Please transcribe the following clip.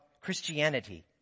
Christianity